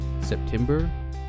September